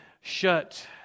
shut